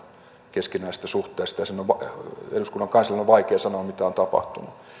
keskinäisestä suhteesta ja eduskunnan kanslian on vaikea sanoa mitä on tapahtunut